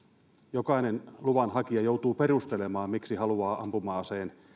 jokainen luvanhakija joutuu perustelemaan miksi haluaa ampuma aseen